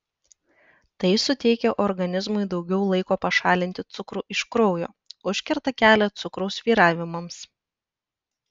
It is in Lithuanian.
tai suteikia organizmui daugiau laiko pašalinti cukrų iš kraujo užkerta kelią cukraus svyravimams